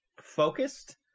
focused